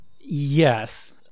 Yes